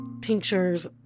tinctures